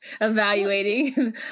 evaluating